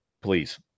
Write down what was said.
please